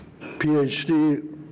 PhD